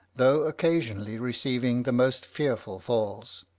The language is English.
though occasionally receiving the most fearful falls.